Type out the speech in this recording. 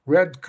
Red